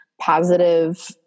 positive